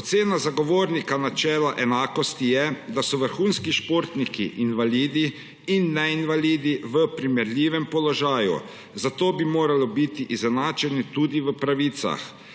Ocena Zagovornika načela enakosti je, da so vrhunski športniki invalidi in neinvalidi v primerljivem položaju, zato bi morali biti izenačeni tudi v pravicah,